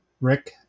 rick